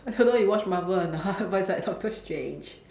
I don't know if you watch Marvel or not but it's like doctor strange